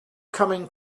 coming